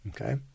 Okay